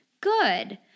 good